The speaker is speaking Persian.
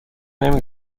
نمی